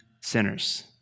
sinners